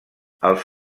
els